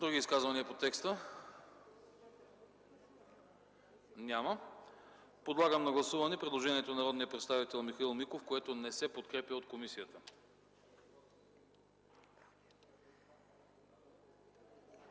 Други изказания по текста? Няма. Подлагам на гласуване предложението на народния представител Михаил Миков, което не се подкрепя от комисията.